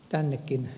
tännekin